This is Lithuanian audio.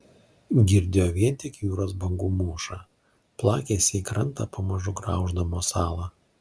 girdėjo vien tik jūros bangų mūšą plakėsi į krantą pamažu grauždamos salą